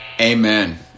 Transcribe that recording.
Amen